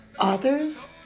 authors